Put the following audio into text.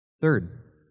Third